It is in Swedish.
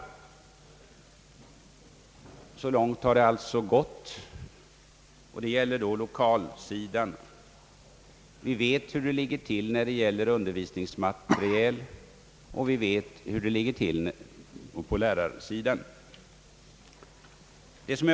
Så långt har det alltså gått då det gäller lokalsidan. Vi vet redan hur det ligger till när det gäller undervisningsmaterielen och vi vet hur det ligger till på lärarsidan.